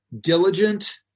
diligent